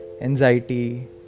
anxiety